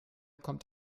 kommt